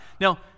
Now